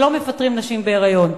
שלא מפטרים נשים בהיריון.